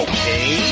Okay